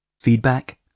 Feedback